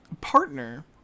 Partner